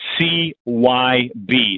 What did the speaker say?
CYB